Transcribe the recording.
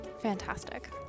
Fantastic